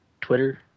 Twitter